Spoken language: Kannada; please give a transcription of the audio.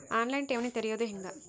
ಆನ್ ಲೈನ್ ಠೇವಣಿ ತೆರೆಯೋದು ಹೆಂಗ?